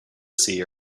seer